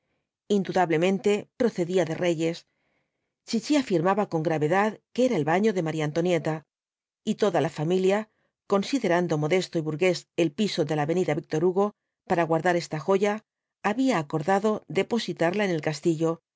indudablemente procedía de reyes chichi afirmaba con gravedad que era el baño de maría antonieta y toda la familia considerando modesto y burgués el piso de la avenida víctor hugo para guardar esta joya había acordado depositarla en el castillo